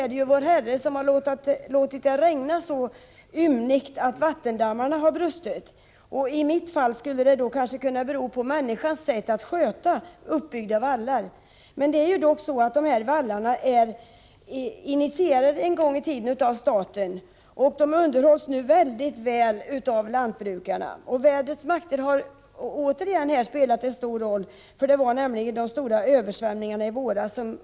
I det ena fallet har vår Herre låtit det regna så ymnigt att vattendammarna har brustit, medan orsaken i det fall som jag tagit upp kanske är människornas sätt att sköta uppbyggda vallar. Men dessa vallar är ändock en gång i tiden initierade av staten, och de underhålls nu mycket väl av lantbrukarna. Även här har vädrets makter spelat en stor roll — boven i dramat var de stora översvämningarna i våras.